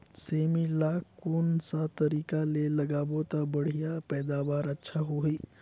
सेमी ला कोन सा तरीका ले लगाबो ता बढ़िया पैदावार अच्छा होही?